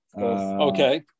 Okay